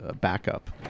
backup